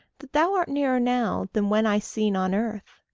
that thou art nearer now than when eye-seen on earth.